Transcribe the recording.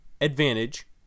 advantage